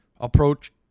approach